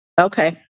Okay